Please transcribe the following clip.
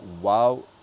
wow